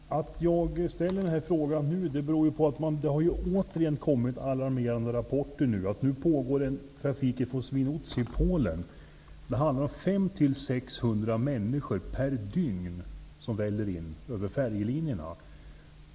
Herr talman! Att jag ställer den här frågan nu beror på att det återigen har kommit alarmerande rapporter om att det pågår en trafik från Swinoujscie i Polen. Det handlar om 500--600 människor per dygn som väller in via färjelinjerna.